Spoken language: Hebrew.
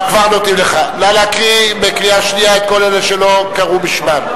נא להקריא בקריאה שנייה את כל אלה שלא קראו בשמם.